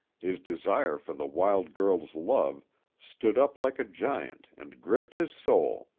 his desire for the wild girl's love stood up like a giant and gripped his soul.